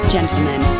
Gentlemen